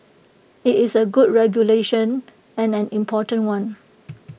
IT is A good regulation and an important one